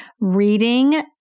reading